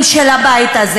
לאן תלך,